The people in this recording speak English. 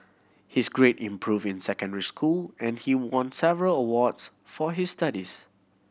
his grade improved in secondary school and he won several awards for his studies